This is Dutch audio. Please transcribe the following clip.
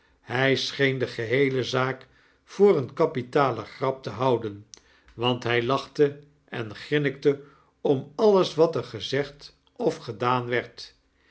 by scheen de geheele zaak voor eene kapitale grap te houden want hy lachte en grinnikte om alles water gezegd of gedaan werd